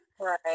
right